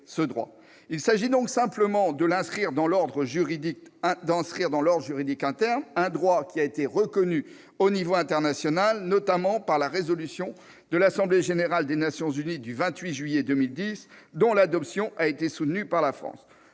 Il s'agit simplement d'inscrire dans l'ordre juridique interne un droit qui a été reconnu au niveau international, notamment par la résolution de l'Assemblée générale des Nations unies du 28 juillet 2010, dont l'adoption a été soutenue par la France.